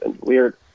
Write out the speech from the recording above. weird